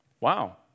wow